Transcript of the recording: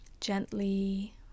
Gently